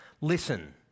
Listen